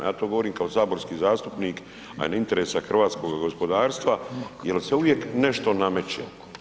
Ja to govorim kao saborski zastupnik, a ne interesa hrvatskoga gospodarstva jer se uvijek nešto nameće.